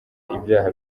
ibyaha